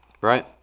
right